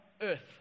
earth